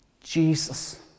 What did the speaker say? Jesus